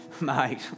mate